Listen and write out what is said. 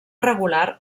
regular